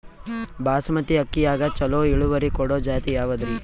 ಬಾಸಮತಿ ಅಕ್ಕಿಯಾಗ ಚಲೋ ಇಳುವರಿ ಕೊಡೊ ಜಾತಿ ಯಾವಾದ್ರಿ?